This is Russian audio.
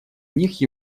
них